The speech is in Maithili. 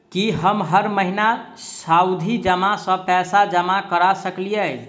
की हम हर महीना सावधि जमा सँ पैसा जमा करऽ सकलिये?